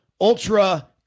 ultra